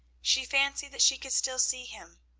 she fancied that she could still see him,